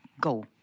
go